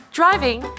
driving